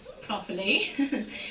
properly